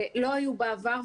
שלא היו בעבר,